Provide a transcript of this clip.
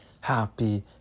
happy